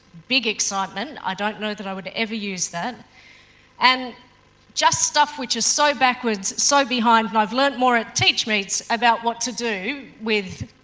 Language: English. big excitement i don't know that i would ever use that and just stuff which is so backwards, so behind and i've learnt more at teachmeets about what to do with